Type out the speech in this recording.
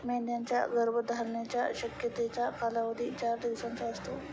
मेंढ्यांच्या गर्भधारणेच्या शक्यतेचा कालावधी चार दिवसांचा असतो